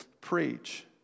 preach